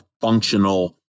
functional